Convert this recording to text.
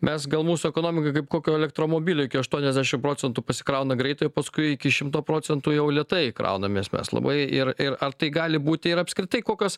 mes gal mūsų ekonomika kaip kokio elektromobili iki aštuoniasdešimt procentų pasikrauna greitai paskui iki šimto procentų jau lėtai kraunamės mes labai ir ir ar tai gali būti ir apskritai kokios